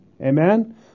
Amen